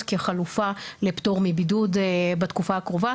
כחלופה לפטור מבידוד בתקופה הקרובה,